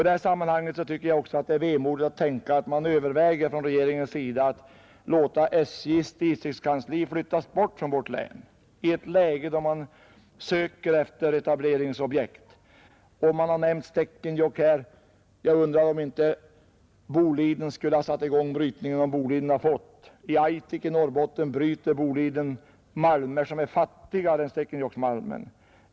I detta sammanhang är det vemodigt att tänka att regeringen överväger att låta SJ:s distriktskansli flyttas bort från vårt län och detta i ett läge då man söker efter etableringsobjekt. Man har här nämnt Stekenjokk. Jag undrar om inte Boliden skulle ha satt i gång brytningen, om man fått stöd. I Aitik i Norrbotten bryter Boliden malmer som är fattigare än Stekenjokkmalmen.